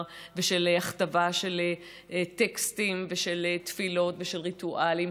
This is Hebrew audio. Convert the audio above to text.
ושל הכתבה של טקסטים ושל תפילות ושל ריטואלים,